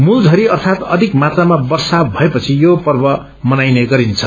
मूल झरी अर्थात अधिक मात्रामा वर्षा भएपछि यो पर्व मनाइने गरिन्छ